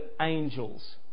angels